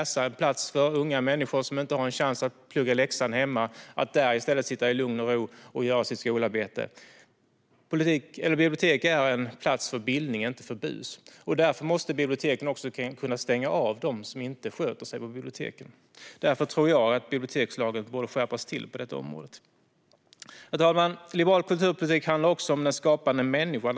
Det är en plats för unga människor som inte har en chans att göra läxan hemma. De kan i stället sitta där i lugn och ro och göra sitt skolarbete. Bibliotek är en plats för bildning, inte för bus. Därför måste biblioteken kunna stänga av dem som inte sköter sig på biblioteken. Jag tror att bibliotekslagen borde skärpas på detta område. Herr talman! Liberal kulturpolitik handlar också om den skapande människan.